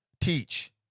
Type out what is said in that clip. Teach